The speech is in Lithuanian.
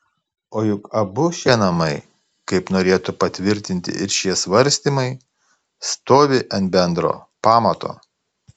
o juk abu šie namai kaip norėtų patvirtinti ir šie svarstymai stovi ant bendro pamato